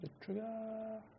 trigger